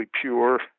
pure